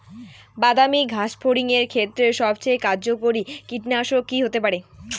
বাদামী গাছফড়িঙের ক্ষেত্রে সবথেকে কার্যকরী কীটনাশক কি হতে পারে?